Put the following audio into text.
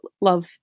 love